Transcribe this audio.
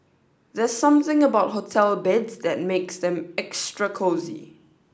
there's something about hotel beds that makes them extra cosy